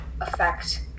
effect